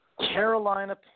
Carolina